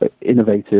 innovative